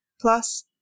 Plus